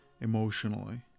emotionally